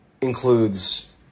includes